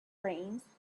brains